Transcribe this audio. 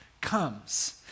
comes